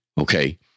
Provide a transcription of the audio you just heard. Okay